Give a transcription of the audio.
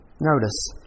Notice